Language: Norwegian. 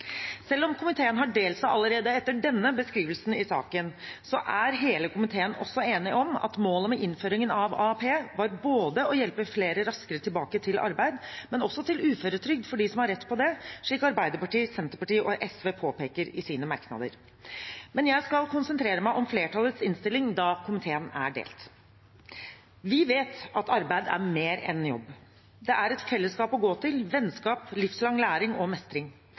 Selv om komiteen har delt seg allerede etter denne beskrivelsen i saken, er hele komiteen enig om at målet med innføringen av AAP var å hjelpe flere, både raskere tilbake i arbeid og til uføretrygd for dem som har rett på det, slik Arbeiderpartiet, Senterpartiet og SV påpeker i sine merknader. Men jeg skal konsentrere meg om flertallets innstilling, da komiteen er delt. Vi vet at arbeid er mer enn en jobb. Det er et fellesskap å gå til, vennskap, livslang læring og mestring.